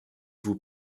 vous